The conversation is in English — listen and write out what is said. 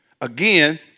Again